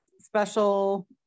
special